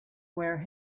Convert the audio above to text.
where